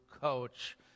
coach